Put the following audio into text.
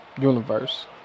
universe